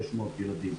ילדים.